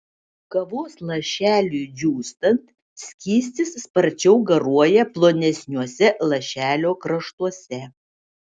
kavos lašeliui džiūstant skystis sparčiau garuoja plonesniuose lašelio kraštuose